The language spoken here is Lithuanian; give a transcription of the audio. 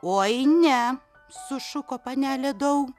oi ne sušuko panelė dau